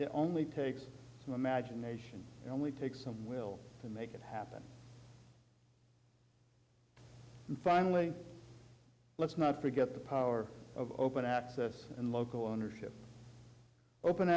it only takes the imagination only takes some will to make it happen and finally let's not forget the power of open access and local ownership open